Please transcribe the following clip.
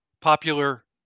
popular